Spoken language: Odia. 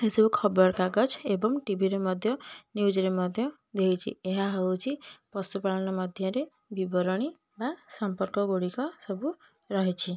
ସେ ସବୁ ଖବରକାଗଜ ଏବଂ ଟିଭିରେ ମଧ୍ୟ ନିଉଜ୍ରେ ମଧ୍ୟ ଦେଇଛି ଏହା ହେଉଛି ପଶୁପାଳନ ମଧ୍ୟରେ ବିବରଣୀ ବା ସମ୍ପର୍କ ଗୁଡ଼ିକ ସବୁ ରହିଛି